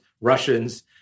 Russians